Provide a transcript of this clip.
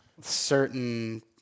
certain